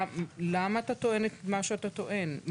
למה אתה טוען את מה שאתה טוען?